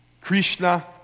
Krishna